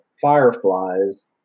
Fireflies